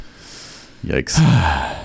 yikes